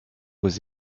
was